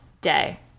day